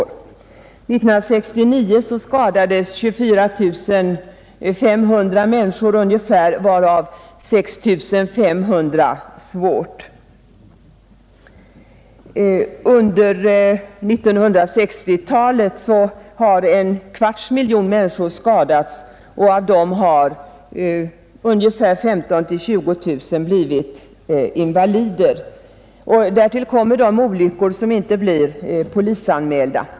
År 1969 skadades ungefär 24 500 människor, varav 6 500 svårt. Under 1960-talet har en kvarts miljon människor skadats, och av dem har 15 000 å 20 000 blivit invalider. Därtill kommer de olyckor som inte blir polisanmälda.